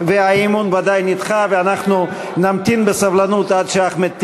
חברי הכנסת, בעד,